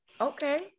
okay